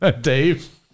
Dave